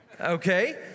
okay